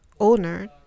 owner